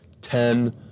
Ten